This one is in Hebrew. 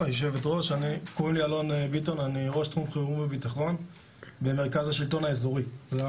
אני ראש תחום חירום וביטחון במרכז השלטון האזורי.